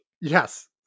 Yes